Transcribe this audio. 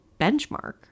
benchmark